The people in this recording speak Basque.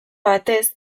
batez